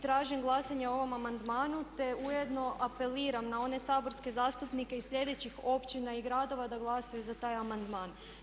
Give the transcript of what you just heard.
Tražim glasanje o ovom amandmanu te ujedno apeliram na one saborske zastupnike iz sljedećih općina i gradova da glasuju za taj amandman.